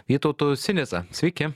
vytautu sinica sveiki